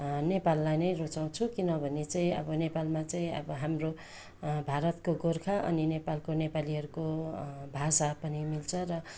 नेपाललाई नै रुचाउँछु किनभने चाहिँ अब नेपालमा चाहिँ अब हाम्रो भारतको गोर्खा अनि नेपालको नेपालीहरूको भाषा पनि मिल्छ र